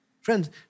Friends